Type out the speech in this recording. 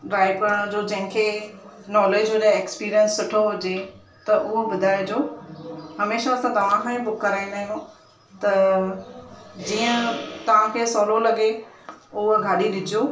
driver करण जो जंहिंखे नोलेज हुजे एक्स्पीरिअंस सुठो हुजे त उहो ॿुधाइजो हमेशा असां तव्हां खां ई बुक कराईंदा आहियूं त जीअं तव्हांखे सवलो लॻे उहा गाॾी ॾिजो